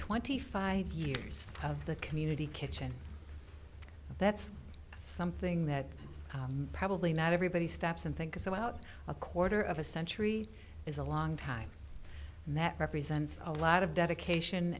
twenty five years of the community kitchen that's something that probably not everybody stops and think is so out a quarter of a century is a long time and that represents a lot of dedication